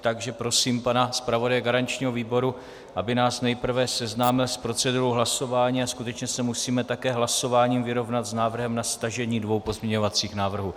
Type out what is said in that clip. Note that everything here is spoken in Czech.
Takže prosím pana zpravodaje garančního výboru, aby nás nejprve seznámil s procedurou hlasování, a skutečně se musíme také hlasováním vyrovnat s návrhem na stažení dvou pozměňovacích návrhů.